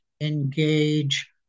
engage